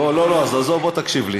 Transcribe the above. עזוב, בוא תקשיב לי: